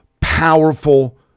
powerful